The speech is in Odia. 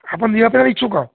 ଆପଣ ପାଇଁ ଇଚ୍ଛୁକ